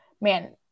man